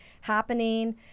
happening